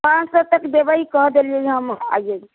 पाँच सए तक देबै कह देलियै हम आइयै